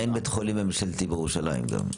אין בית חולים ממשלתי בירושלים גם.